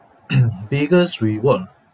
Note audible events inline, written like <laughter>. <coughs> biggest reward ah